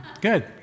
Good